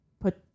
put